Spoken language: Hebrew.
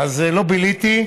אז לא ביליתי,